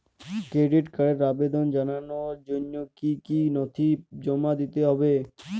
Credit কার্ডের আবেদন জানানোর জন্য কী কী নথি জমা দিতে হবে?